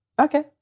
Okay